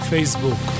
Facebook